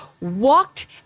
walked